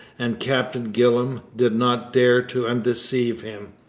and captain gillam did not dare to undeceive him.